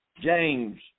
James